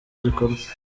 gikorwa